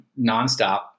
nonstop